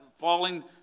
Falling